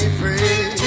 free